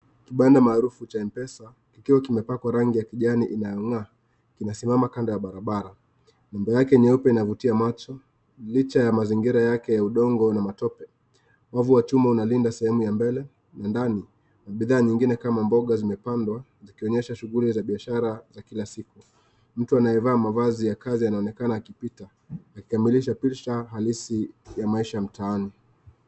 Kibanda maarufu cha m-pesa, kikiwa kimepakwa rangi ya kijani inayong'aa, kinasimama kando ya barabara. Nembo yake nyeupe inavutia macho licha ya mazingira yake ya udongo na matope. Wavu wa chuma unalinda sehemu ya mbele na ndani. Bidhaa nyingine kama mboga zimepandwa, zikionyesha shughuli za biashara za kila siku. Mtu anayevaa mavazi ya kazi anaonekana akipita, akikamilisha picha halisi ya maisha mtaani.